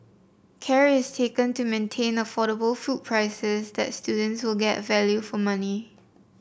care is taken to maintain affordable food prices and that students will get value for money